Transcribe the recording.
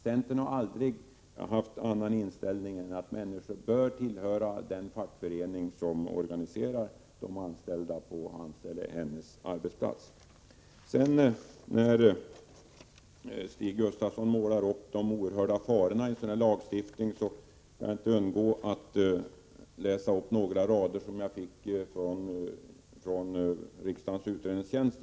Centern har aldrig haft någon annan inställning än att människor bör tillhöra den fackförening som organiserar de anställda på arbetsplatsen. När Stig Gustafsson målar upp de oerhörda farorna med en lagstiftning, kan jag inte undgå att läsa upp några rader som jag fick från riksdagens utredningstjänst.